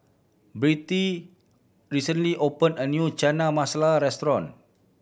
Birtie recently opened a new Chana Masala Restaurant